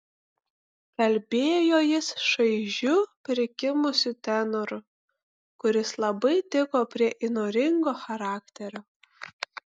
kalbėjo jis šaižiu prikimusiu tenoru kuris labai tiko prie įnoringo charakterio